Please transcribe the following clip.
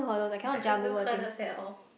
I can't do hurdles at all